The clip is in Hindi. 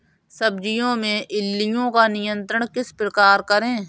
सब्जियों में इल्लियो का नियंत्रण किस प्रकार करें?